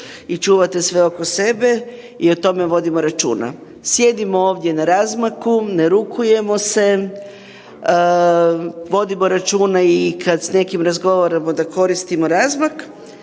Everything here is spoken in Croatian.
i čuvate sve oko sebe i o tome vodimo računa. Sjedimo ovdje na razmaku, ne rukujemo se, vodimo računa i kad s nekime razgovaramo da koristimo razmak.